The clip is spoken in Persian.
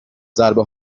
ضربه